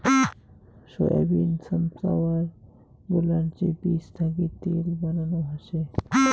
soybean, sunflower গুলার যে বীজ থাকি তেল বানানো হসে